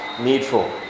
needful